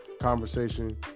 conversation